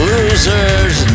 Losers